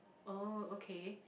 oh okay